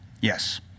Yes